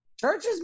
churches